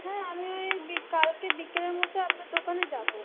হ্যাঁ আমি ঐ কালকে বিকেলের মধ্যে আপনার দোকানে যাবো